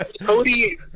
Cody